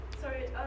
Sorry